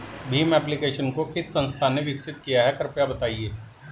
Bhim application को किस संस्था ने विकसित किया है कृपया बताइए?